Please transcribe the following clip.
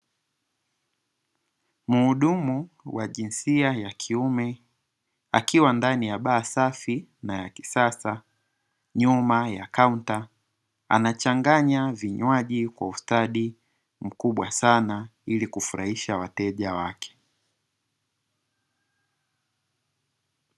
Muhudumu wa jinsia ya kiume akiwa ndani ya baa safi na ya kisasa. Nyuma ya kaunta, anachanganya vinywaji kwa ustadi mkubwa sana ili kufurahisha wateja wake.